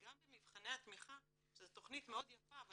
גם במבחני התמיכה שזו תכנית מאוד יפה אבל